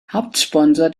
hauptsponsor